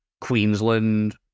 Queensland